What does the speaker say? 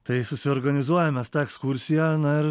tai susiorganizuojam mes tą ekskursiją na ir